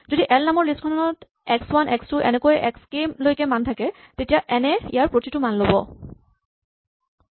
যদি এল নামৰ লিষ্ট খনত এক্স ৱান এক্স টু এনেকৈ এক্স কে লৈকে মান থাকে তেতিয়া এন এ ইয়াৰ প্ৰতিটো মান ল'ব